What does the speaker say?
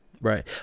Right